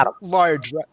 large